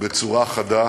בצורה חדה.